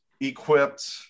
equipped